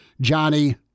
Johnny